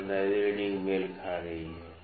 तो १५वीं रीडिंग मेल खा रही है